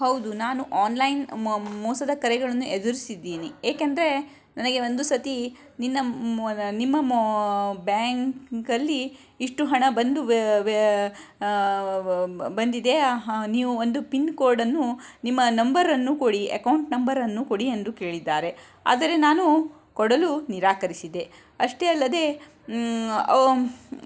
ಹೌದು ನಾನು ಆನ್ಲೈನ್ ಮ ಮೋಸದ ಕರೆಗಳನ್ನು ಎದುರಿಸಿದ್ದೀನಿ ಏಕೆಂದ್ರೆ ನನಗೆ ಒಂದು ಸರ್ತಿ ನಿನ್ನ ಮೊ ನಿಮ್ಮ ಬ್ಯಾಂಕಲ್ಲಿ ಇಷ್ಟು ಹಣ ಬಂದು ಬಂದಿದೆ ಹಾನ್ ನೀವು ಒಂದು ಪಿನ್ ಕೋಡನ್ನು ನಿಮ್ಮ ನಂಬರನ್ನು ಕೊಡಿ ಎಕೌಂಟ್ ನಂಬರನ್ನು ಕೊಡಿ ಎಂದು ಕೇಳಿದ್ದಾರೆ ಅದರೆ ನಾನು ಕೊಡಲು ನಿರಾಕರಿಸಿದೆ ಅಷ್ಟೇ ಅಲ್ಲದೆ